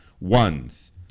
ones